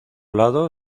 lado